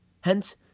Hence